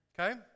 Okay